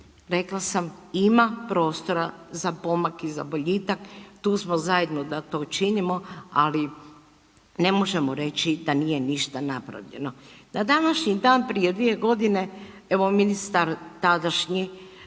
Rekla sam, ima prostora za pomak i za boljitak, tu smo zajedno da to činimo, ali ne možemo reći da nije ništa napravljeno. Na današnji dan prije 2 godine, evo ministar tadašnji,